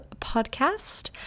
podcast